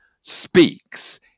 speaks